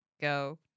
go